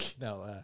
No